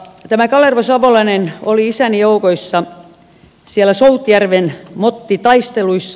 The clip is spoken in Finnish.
tämä kalervo savolainen oli isäni joukoissa siellä soutjärven mottitaisteluissa